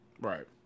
Right